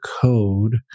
code